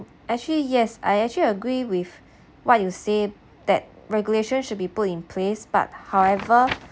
actually yes I actually agree with what you say that regulation should be put in place but however